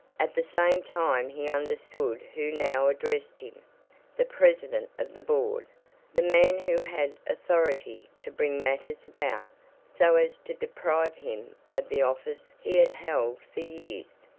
at the same time he understood who now addressed him the president of the board the man who had authority to bring matters about so as to deprive him of the office he had held for years.